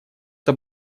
это